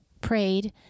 prayed